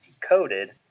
Decoded